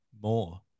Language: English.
more